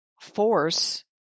force